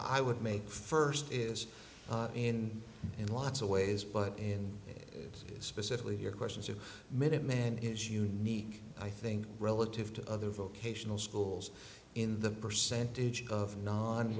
i would make first is in in lots of ways but in specifically your questions a minute man is unique i think relative to other vocational schools in the percentage of non